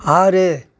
ஆறு